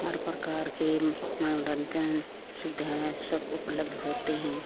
हर प्रकार के मनोरंजन सुविधाएँ सब उपलब्ध होते हैं